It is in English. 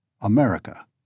America